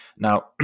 Now